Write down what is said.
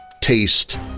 taste